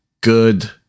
good